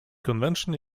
convention